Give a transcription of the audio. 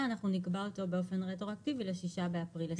נקבע באופן רטרואקטיבי ל-6 באפריל 20',